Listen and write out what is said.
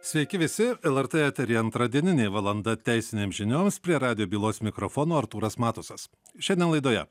sveiki visi lrt eteryje antradieninė valanda teisinėms žinioms prie radijo bylos mikrofono artūras matusas šiandien laidoje